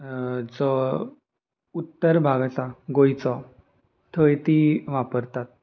जो उत्तर भाग आसा गोंयचो थंय ती वापरतात